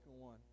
one